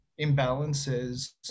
imbalances